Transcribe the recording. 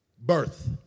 birth